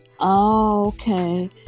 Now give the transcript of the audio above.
okay